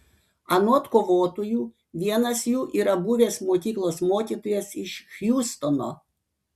anot kovotojų vienas jų yra buvęs mokyklos mokytojas iš hjustono